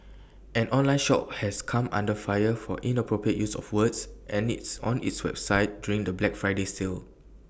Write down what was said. an online shop has come under fire for inappropriate use of words and its on its website during the Black Friday sale